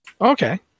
okay